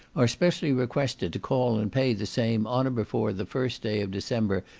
are specially requested to call and pay the same on or before the first day of december,